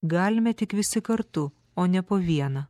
galime tik visi kartu o ne po vieną